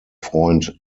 freund